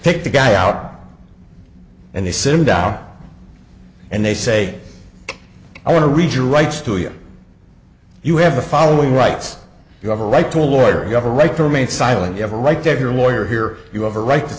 the guy out and they sit him down and they say i want to read your rights to you you have the following rights you have a right to a lawyer you have a right to remain silent you have a right to have your lawyer here you have a right to